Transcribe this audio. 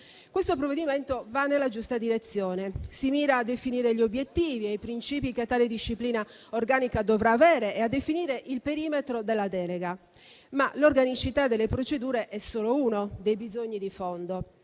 Questo provvedimento va nella giusta direzione. Si mira a definire gli obiettivi e i principi che tale disciplina organica dovrà avere e a definire il perimetro della delega. Ma l'organicità delle procedure è solo uno dei bisogni di fondo.